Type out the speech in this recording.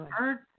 Earth